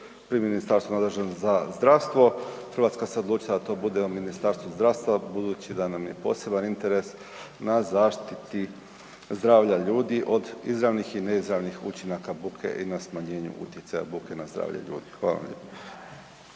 pri ministarstvu nadležnom za zdravstvo, Hrvatska se odlučila da to bude u Ministarstvu zdravstva budući da nam je poseban interes na zaštiti zdravlja ljudi od izravnih i neizravnih učinaka buke i na smanjenje utjecaja buke na zdravlje ljudi. Hvala.